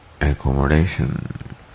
accommodation